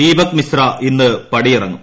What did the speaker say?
ദീപക് മിശ്ര ഇന്ന് പടിയിറങ്ങും